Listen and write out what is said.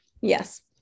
Yes